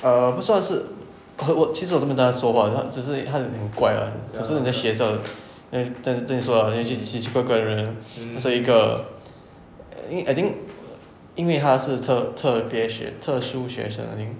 err 不算是我我其实我没有跟他说话他只是他挺怪 ah 可是那个学校是在在在跟你说奇奇怪怪的人不是一个因为他是特特别学特殊学生 I think